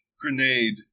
grenade